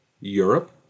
Europe